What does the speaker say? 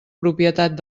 propietat